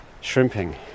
shrimping